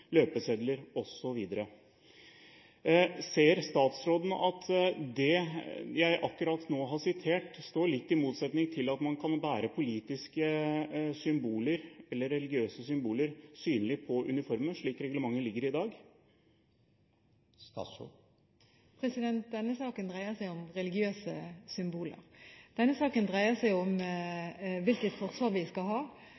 løpesedler osv.» Ser statsråden at det jeg akkurat nå har sitert, står litt i motsetning til at man kan bære politiske eller religiøse symboler synlig på uniformen, slik reglementet er i dag? Denne saken dreier seg om religiøse symboler. Denne saken dreier seg om